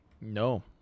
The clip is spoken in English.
No